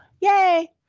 Yay